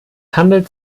handelt